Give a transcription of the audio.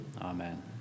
Amen